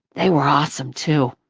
they were awesome, too.